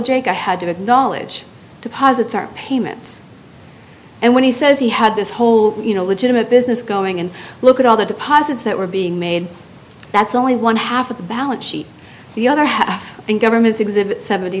acknowledge deposits are payments and when he says he had this whole you know legitimate business going and look at all the deposits that were being made that's only one half of the balance sheet the other half and government's exhibit seventy